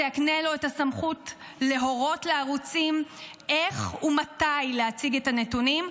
זה יקנה לו את הסמכות להורות לערוצים איך ומתי להציג את הנתונים,